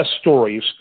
stories